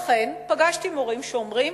לכן, פגשתי מורים שאומרים,